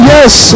Yes